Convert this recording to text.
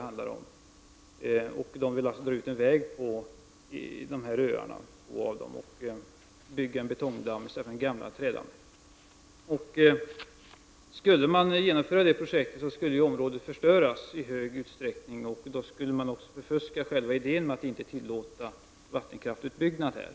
Man vill alltså dra ut en väg på dessa öar och bygga en betongdamm i stället för den gamla trädammen. Om man genomförde det här projektet, skulle området förstöras i hög grad, och då skulle man också förfuska själva idén med att inte tillåta vattenkraftsutbyggnad här.